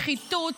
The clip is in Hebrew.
שחיתות,